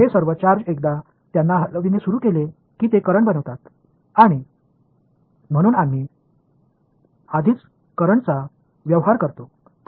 हे सर्व चार्ज एकदा त्यांना हलविणे सुरू केले की ते करंट बनतात आणि आम्ही आधीच करंट्सचा व्यवहार करतो